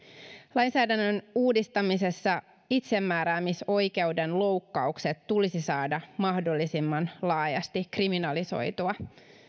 lainsäädännön uudistamisessa itsemääräämisoikeuden loukkaukset tulisi saada mahdollisimman laajasti kriminalisoitua